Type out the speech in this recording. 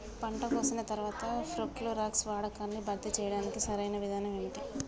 పంట కోసిన తర్వాత ప్రోక్లోరాక్స్ వాడకాన్ని భర్తీ చేయడానికి సరియైన విధానం ఏమిటి?